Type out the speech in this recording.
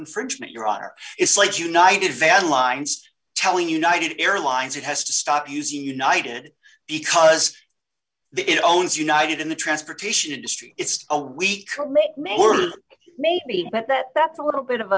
infringement your honor it's like united van lines telling united airlines it has to stop using united because it owns united in the transportation industry it's a weak maybe but that that's a little bit of